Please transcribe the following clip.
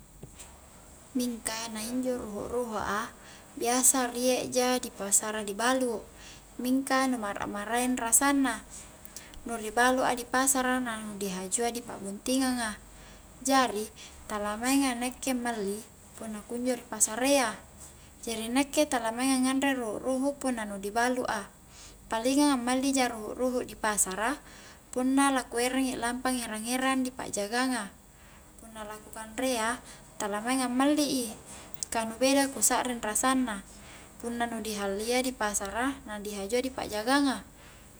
Mingka na injo ruhu-ruhua biasa riek ja ri pasara ri balu mingka nu mara-maraeng rasanna, nu ri balu a ripasara na nu di hajua di pa'buntingang a jari taa mainga nakke malli punna kunjo ri pasarayya jari nakke ala maunga nganre ruhu-ruhu punna nu dibalu' a palingang ammali ja ruhu-ruhu dipasara punna lakuerangi lampa ku erang-erang di pa'jagang a, punna laku kanrea tala mainga malli i ka nu beda kusakring rasanna punna nu di hallia dipasara na di hajua di pa'jagang a